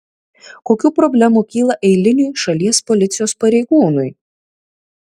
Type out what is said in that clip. kokių problemų kyla eiliniui šalies policijos pareigūnui